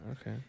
Okay